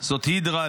זאת הידרה.